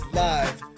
live